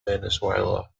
venezuela